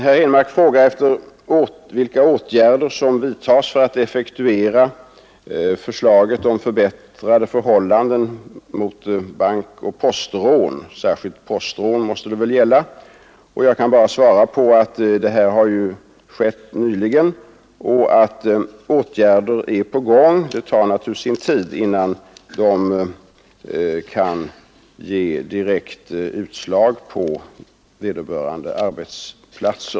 Herr Henmark frågar efter vilka åtgärder som vidtas för att effektuera förslaget om att åstadkomma förbättrade förhållanden när det gäller bankoch postrån, särskilt då de senare. Jag kan då bara svara att förslag framlagts nyligen och att åtgärder är på gång. Det tar naturligtvis sin tid innan dessa åtgärder kan ge resultat.